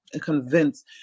convince